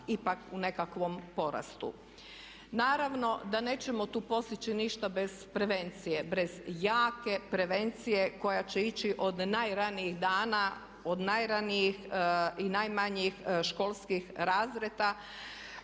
ipak u nekakvom porastu. Naravno da nećemo tu postići ništa bez prevencije, bez jake prevencije koja će ići od najranijih dana, od najmanjih školskih razreda